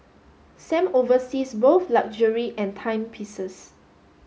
Sam oversees both luxury and timepieces